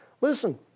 Listen